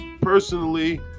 personally